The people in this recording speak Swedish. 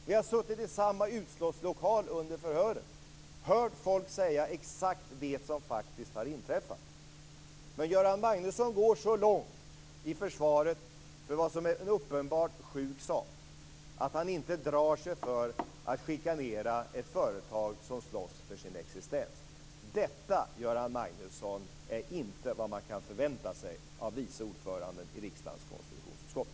Vi har suttit i samma utskottslokal under förhören och hört folk säga exakt vad som faktiskt har inträffat. Men Göran Magnusson går så långt i försvaret av vad som är en uppenbart sjuk sak att han inte drar sig för att chikanera ett företag som slåss för sin existens. Detta, Göran Magnusson, är inte vad man kan förvänta sig av vice ordföranden i riksdagens konstitutionsutskott.